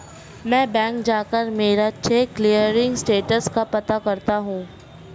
मैं बैंक जाकर मेरा चेक क्लियरिंग स्टेटस का पता कर लूँगा